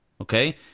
Okay